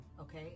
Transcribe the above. okay